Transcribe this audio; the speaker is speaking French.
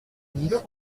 disent